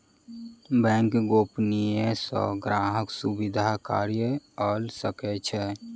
bank गोपनियता सॅ ग्राहक सुरक्षित कार्य कअ सकै छै